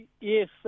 Yes